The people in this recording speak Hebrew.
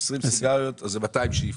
20 סיגריות, זה 200 שאיפות.